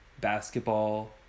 basketball